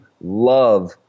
love